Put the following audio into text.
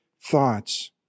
thoughts